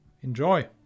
Enjoy